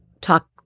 talk